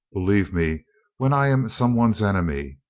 believe me when i am some one's enemy.